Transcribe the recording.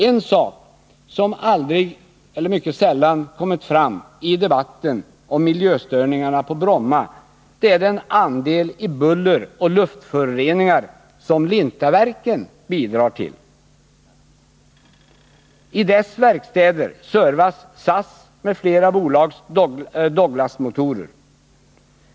En sak som aldrig, eller mycket sällan, kommit fram i debatten om miljöstörningarna på Bromma är den andel i buller och luftföroreningar som Lintaverken bidrar med. I detta företags verkstäder servas SAS och flera andra bolags Douglasmotorer.